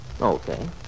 Okay